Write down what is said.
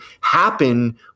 happen